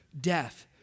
death